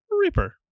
Reaper